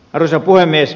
arvoisa puhemies